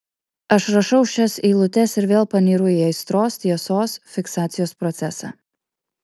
aš rašau šias eilutes ir vėl panyru į aistros tiesos fiksacijos procesą